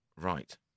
Right